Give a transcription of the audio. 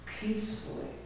peacefully